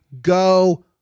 go